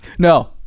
No